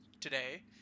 today